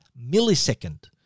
millisecond